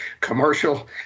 commercial